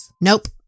Nope